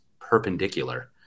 perpendicular